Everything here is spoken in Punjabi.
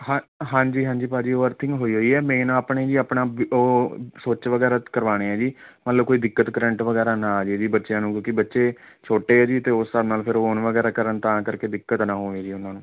ਹਾਂ ਹਾਂਜੀ ਹਾਂਜੀ ਭਾਅ ਜੀ ਉਹ ਵਰਕਿੰਗ ਹੋਈ ਹੋਈ ਹੈ ਮੇਨ ਆਪਣੇ ਜੀ ਆਪਣਾ ਉਹ ਸੁੱਚ ਵਗੈਰਾ ਕਰਵਾਉਣੇ ਆ ਜੀ ਮਤਲਬ ਕੋਈ ਦਿੱਕਤ ਕਰੰਟ ਵਗੈਰਾ ਨਾ ਆਜੇ ਜੀ ਬੱਚਿਆਂ ਨੂੰ ਕਿਉਂਕਿ ਬੱਚੇ ਛੋਟੇ ਆ ਜੀ ਅਤੇ ਉਸ ਨਾਲ ਫਿਰ ਔਨ ਵਗੈਰਾ ਕਰਨ ਤਾਂ ਕਰਕੇ ਦਿੱਕਤ ਨਾ ਹੋਵੇ ਜੀ ਉਹਨਾਂ ਨੂੰ